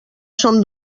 som